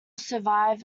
survive